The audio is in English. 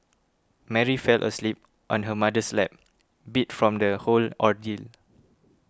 Mary fell asleep on her mother's lap beat from the whole ordeal